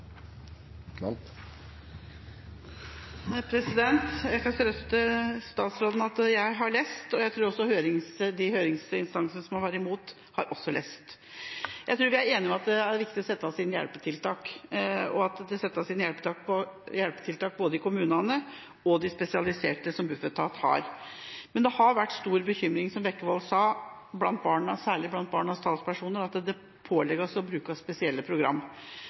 høringsinstansene som var imot, har lest. Jeg tror vi er enige om at det er viktig at det settes inn hjelpetiltak, både dem som settes inn i kommunene og de spesialiserte som Bufetat har. Men det har vært stor bekymring, som representanten Bekkevold sa, særlig blant barnas talspersoner, for at det pålegges å bruke spesielle